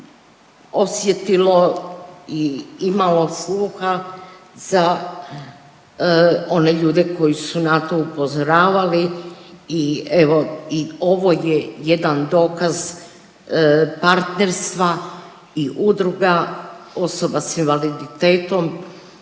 osjetilo i imalo sluha za one ljude koji su na to upozoravali i evo i ovo je jedan dokaz partnerstva i udruga osoba s invaliditetom